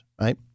Right